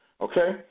Okay